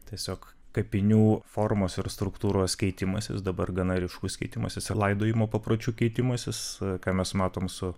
tiesiog kapinių formos ir struktūros keitimasis dabar gana ryškus keitimasis ir laidojimo papročių keitimasis ką mes matom su